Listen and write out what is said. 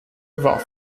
war